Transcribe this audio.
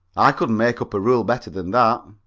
i could make up a rule better than that.